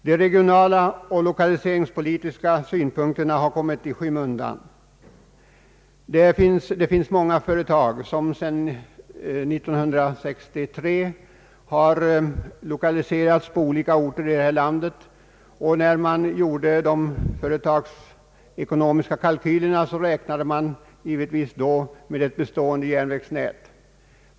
De regionala och lokaliseringspolitiska synpunkterna har kommit i skymundan. Det finns många företag som sedan år 1963 har lokaliserats till olika orter i landet, och när man gjorde de företagsekonomiska kalkylerna räknade man givetvis med ett bestående järnvägsnät.